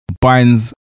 binds